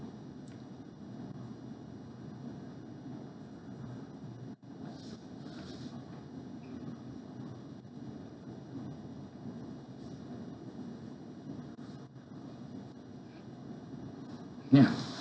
mm